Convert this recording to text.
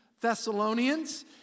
Thessalonians